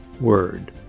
word